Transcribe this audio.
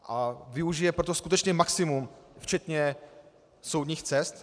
A využije proto skutečně maximum, včetně soudních cest.